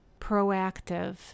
proactive